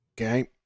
Okay